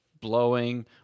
blowing